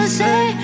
say